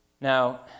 Now